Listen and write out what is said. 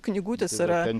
knygutės yra